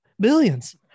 Billions